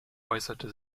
äußerte